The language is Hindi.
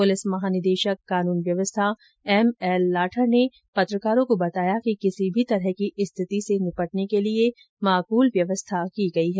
पुलिस महानिदेशक कानून व्यवस्था एम एल लाठर ने पत्रकारों को बताया कि किसी भी तरह की स्थिति से निपटने के लिये माकल व्यवस्था की गई है